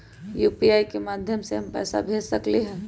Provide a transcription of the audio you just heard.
UPI के माध्यम से हम पैसा भेज सकलियै ह?